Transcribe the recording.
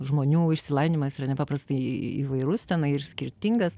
žmonių išsilavinimas yra nepaprastai įvairus tenai ir skirtingas